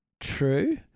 True